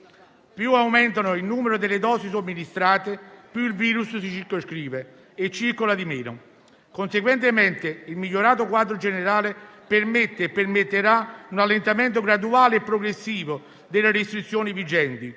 Più aumenta il numero delle dosi somministrate, più il virus si circoscrive e circola di meno. Conseguentemente, il migliorato quadro generale permette e permetterà un allentamento graduale e progressivo delle restrizioni vigenti,